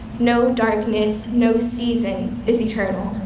no darkness, no season is eternal.